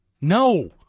no